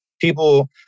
people